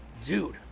Dude